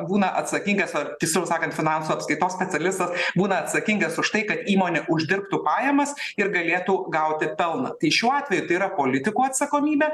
būna atsakingas ar tiksliau sakant finansų apskaitos specialistas būna atsakingas už tai kad įmonė uždirbtų pajamas ir galėtų gauti pelno tai šiuo atveju tai yra politikų atsakomybė